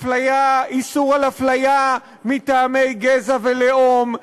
איסור על הפליה מטעמי גזע ולאום,